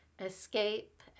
escape